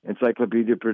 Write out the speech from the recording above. Encyclopedia